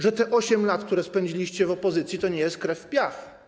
Że te 8 lat, które spędziliście w opozycji, to nie jest krew w piach.